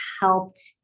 helped